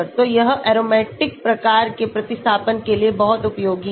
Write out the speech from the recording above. तो यह एरोमेटिक प्रकार के प्रतिस्थापन के लिए बहुत उपयोगी है